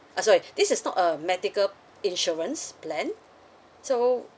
uh sorry this is not a medical insurance plan so